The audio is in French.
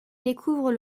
découvrent